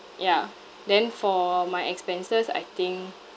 yeah then for my expenses I think